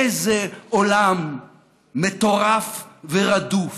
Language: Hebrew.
באיזה עולם מטורף ורדוף